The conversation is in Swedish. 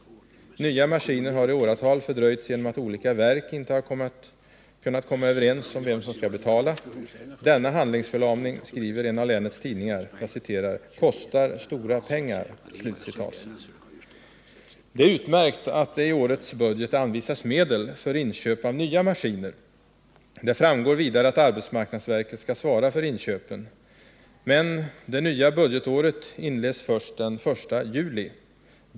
Nya maskiner har i åratal fördröjts genom att olika verk inte har kunnat komma överens om vem som skall betala. Denna handlingsförlamning, skriver en av länets tidningar, ”kostar stora pengar”. Det är utmärkt att det i årets budget anvisas medel för inköp av nya maskiner. Det framgår vidare att arbetsmarknadsverket skall svara för inköpen. Men det nya budgetåret inleds den 1 juli.